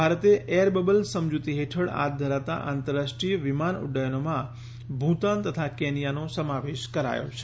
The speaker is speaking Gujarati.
ભારતે એરબબલ સમજુતી હેઠળ હાથ ધરાતા આંતરરાષ્ટ્રીય વિમાન ઉડ્ડયનોમાં ભૂતાન તથા કેન્યાનો સમાવેશ કરાયો છે